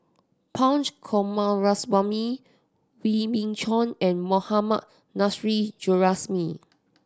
Punch Coomaraswamy Wee Beng Chong and Mohammad Nurrasyid Juraimi